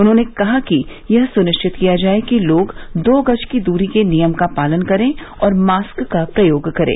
उन्होंने कहा कि यह सुनिश्चित किया जाए कि लोग दो गज की दूरी के नियम का पालन करें और मास्क का प्रयोग करें